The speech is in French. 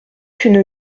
une